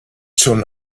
schon